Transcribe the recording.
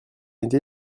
été